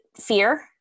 fear